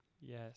yes